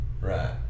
Right